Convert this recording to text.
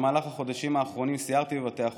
במהלך החודשים האחרונים סיירתי בבתי החולים,